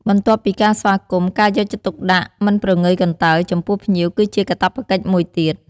បន្ទាប់ពីការស្វាគមន៍ ការយកចិត្តទុកដាក់ មិនប្រងើយកន្តើយ ចំពោះភ្ញៀវគឺជាកាតព្វកិច្ចមួយទៀត។